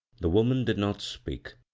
the woman did not speak,